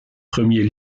premiers